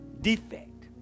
defect